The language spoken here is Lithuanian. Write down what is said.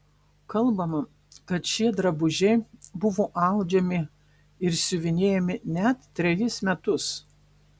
kalbama kad šie drabužiai buvo audžiami ir siuvinėjami net trejus metus